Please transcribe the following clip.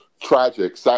tragic